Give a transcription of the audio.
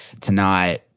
tonight